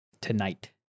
tonight